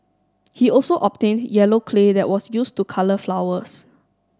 he also obtained yellow clay that was used to colour flowers